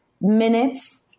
minutes